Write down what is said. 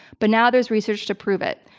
but now there's research to prove it.